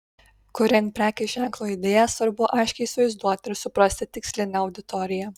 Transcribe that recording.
kuriant prekės ženklo idėją svarbu aiškiai įsivaizduoti ir suprasti tikslinę auditoriją